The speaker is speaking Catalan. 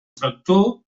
tractor